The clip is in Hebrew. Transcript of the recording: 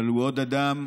אבל הוא עוד אדם,